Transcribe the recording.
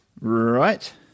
Right